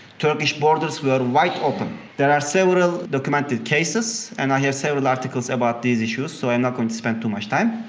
turkish borders were wide open. there are several documented cases and i have several articles on these issues so i am not going to spend too much time.